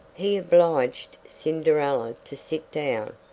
he obliged cinderella to sit down,